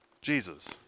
Jesus